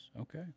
okay